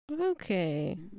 Okay